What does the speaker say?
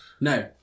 No